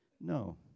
No